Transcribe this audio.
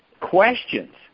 questions